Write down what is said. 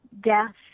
death